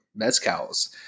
mezcals